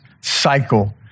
cycle